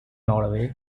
norway